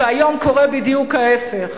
והיום קורה בדיוק ההיפך.